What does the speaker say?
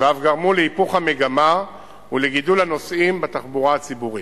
ואף גרמו להיפוך המגמה ולגידול מספר הנוסעים בתחבורה הציבורית.